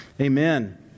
amen